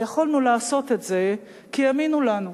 ויכולנו לעשות את זה, כי האמינו לנו.